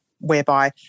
whereby